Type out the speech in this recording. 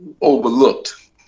overlooked